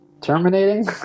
terminating